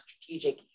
strategic